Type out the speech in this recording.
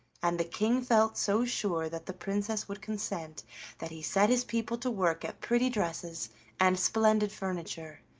and the king felt so sure that the princess would consent that he set his people to work at pretty dresses and splendid furniture,